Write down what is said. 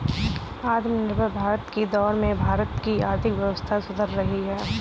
आत्मनिर्भर भारत की दौड़ में भारत की आर्थिक व्यवस्था सुधर रही है